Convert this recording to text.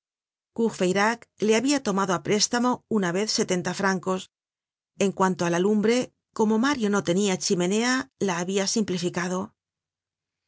amigo courfeyrac le habia tomado á préstamo una vez sesenta francos en cuanto á la lumbre como mario no tenia chimenea la habia simplificado